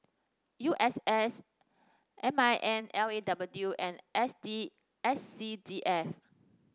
U S S M I N L A W and S D S C D F